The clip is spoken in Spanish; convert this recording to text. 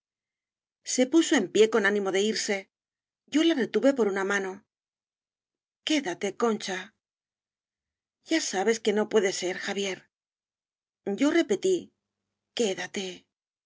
se puso en pie con ánimo de irse yo la re tuve por una mano quédate concha ya sabes que no puede ser xavier yo repetí quédate